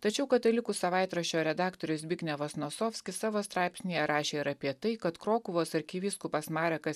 tačiau katalikų savaitraščio redaktorius zbignevas nosofskis savo straipsnyje rašė ir apie tai kad krokuvos arkivyskupas marekas